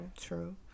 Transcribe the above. True